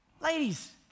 Ladies